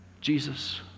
Jesus